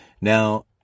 Now